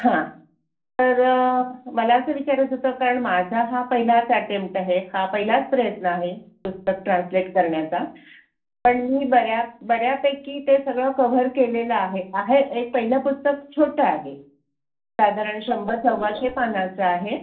हां तर मला असं विचारायचं होतं कारण माझा हा पहिलाच ॲटेम्ट आहे हा पहिलाच प्रयत्न आहे पुस्तक ट्रान्सलेट करण्याचा पण मी बऱ्या बऱ्यापैकी ते सगळं कव्हर केलेलं आहे आहे एक पहिलं पुस्तक छोटं आहे साधारण शंभर सव्वाशे पानांचं आहे